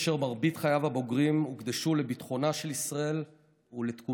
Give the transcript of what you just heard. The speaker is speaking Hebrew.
אשר מרבית חייו הבוגרים הוקדשו לביטחונה של ישראל ולתקומתה,